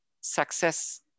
success